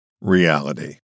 Reality